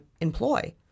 employ